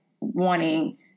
wanting